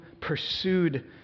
pursued